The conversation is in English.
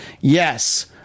Yes